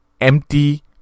empty